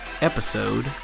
episode